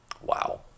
Wow